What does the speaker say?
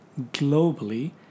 globally